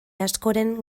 askoren